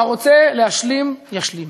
הרוצה להשלים, ישלים,